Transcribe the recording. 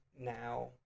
now